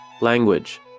Language